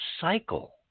cycle